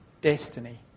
destiny